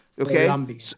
Okay